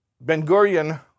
Ben-Gurion